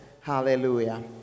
Hallelujah